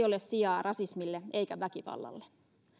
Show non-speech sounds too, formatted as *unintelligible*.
*unintelligible* ole sijaa rasismille eikä väkivallalle *unintelligible* *unintelligible*